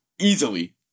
easily